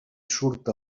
surt